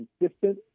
consistent